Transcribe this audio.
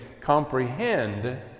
comprehend